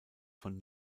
von